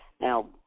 Now